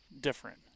different